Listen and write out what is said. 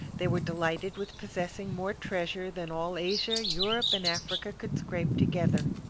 they were delighted with possessing more treasure than all asia, europe, and africa could scrape together.